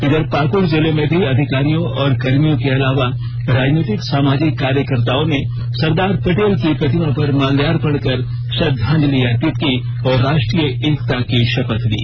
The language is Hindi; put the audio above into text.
इधर पाकड़ जिले में भी अधिकारियों और कर्मियों के अलावा राजनीतिक सामाजिक कार्यकर्ताओं ने सरदार पटेल की प्रतिमा पर माल्यार्पण कर श्रद्वांजलि अर्पित की और राष्ट्रीय एकता की शपथ ली